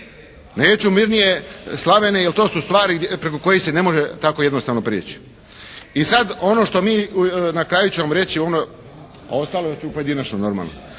Neću mirnije Slavene jer to su stvari preko kojih se ne može tako jednostavno prijeći. I sad ono što mi na kraju ćemo vam reći, ono ostalo ću pojedinačno, normalno.